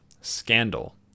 Scandal